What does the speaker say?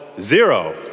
zero